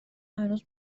هنوز